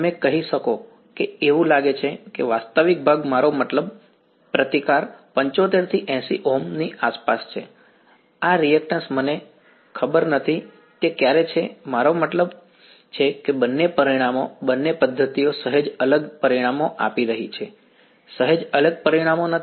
તમે કહી શકો કે એવું લાગે છે કે વાસ્તવિક ભાગ મારો મતલબ પ્રતિકાર 75 થી 80 ઓહ્મ ની આસપાસ છે આ રીએક્ટન્શ મને બરાબર ખબર નથી તે ક્યારેક છે મારો મતલબ છે કે બંને પરિણામો બંને પદ્ધતિઓ સહેજ અલગ પરિણામો આપી રહી છે સહેજ અલગ પરિણામો નથી